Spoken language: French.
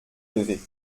levé